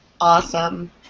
Awesome